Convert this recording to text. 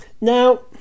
Now